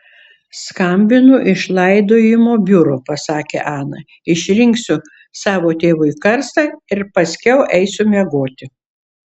skambinu iš laidojimo biuro pasakė ana išrinksiu savo tėvui karstą ir paskiau eisiu miegoti